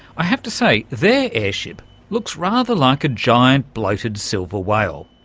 i have to say their airship looks rather like a giant bloated silver whale.